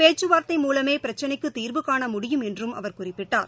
பேச்சுவார்த்தை மூலமேபிரச்சினைக்குதீர்வுகாண முடியும் என்றும் அவர் குறிப்பிட்டார்